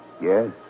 Yes